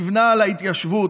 נבנה על ההתיישבות,